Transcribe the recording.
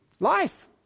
Life